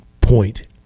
point